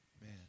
Man